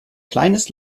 kleines